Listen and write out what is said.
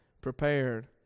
prepared